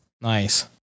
nice